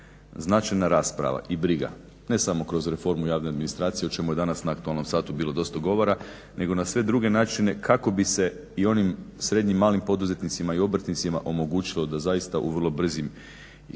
značajna rasprava i briga ne samo kroz reformu javne administracije o čemu je danas na aktualnom satu bilo dosta govora, nego na sve druge načine kako bi se i onim srednjim malim poduzetnicima i obrtnicima omogućilo da zaista u vrlo brzim rokovima